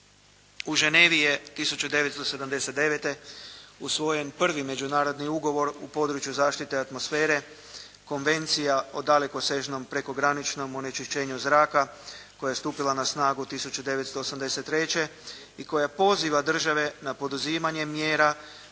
U Ženevi je 1979. usvojen prvi međunarodni ugovor u području zaštite atmosfere, Konvencija o dalekosežnom, prekograničnom onečišćenju zraka koja je stupila na snagu 1983. i koja poziva države na poduzimanje mjera